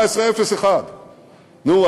1701. נו,